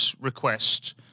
request